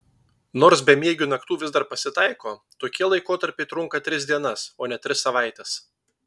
nors bemiegių naktų vis dar pasitaiko tokie laikotarpiai trunka tris dienas o ne tris savaites